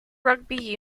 rugby